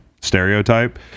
stereotype